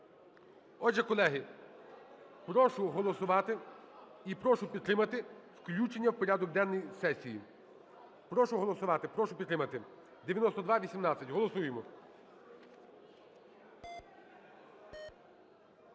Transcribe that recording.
Отже, колеги, прошу голосувати і прошу підтримати включення в порядок денний сесії. Прошу голосувати, прошу підтримати 9218, голосуємо.